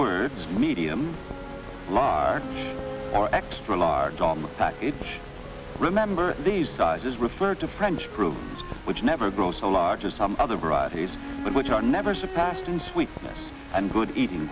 words medium large or extra large on the package remember these sizes refer to french prove which never grow so large as some other varieties but which are never surpassed and sweet and good eating